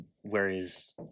Whereas